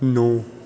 ਨੌ